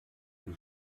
die